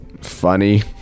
funny